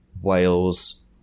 Wales